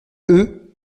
eux